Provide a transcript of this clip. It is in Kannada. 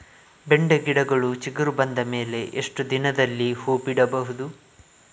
ಬೆಂಡೆ ಗಿಡಗಳು ಚಿಗುರು ಬಂದ ಮೇಲೆ ಎಷ್ಟು ದಿನದಲ್ಲಿ ಹೂ ಬಿಡಬಹುದು?